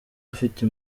afite